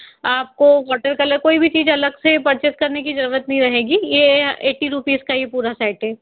आपको water colour कोई भी चीज़ अलग से परचेज़ करने की ज़रूरत नहीं रहेंगी ये एटी रूपीज़ का ये पूरा सेट है